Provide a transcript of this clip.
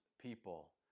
people